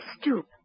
stoop